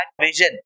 vision